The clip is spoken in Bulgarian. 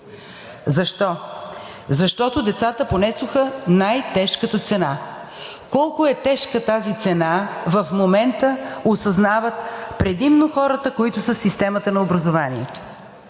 Защо? Защото децата понесоха най-тежката цена. Колко е тежка тази цена в момента осъзнават предимно хората, които са в системата на образованието,